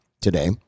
today